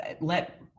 let